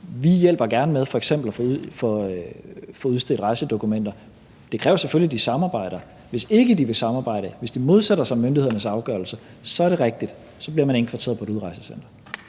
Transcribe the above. vi hjælper gerne med f.eks. at få udstedt rejsedokumenter, og det kræver selvfølgelig, at de samarbejder. Hvis de ikke vil samarbejde, hvis de modsætter sig myndighedernes afgørelse, er det rigtigt, at de bliver indkvarteret på et udrejsecenter.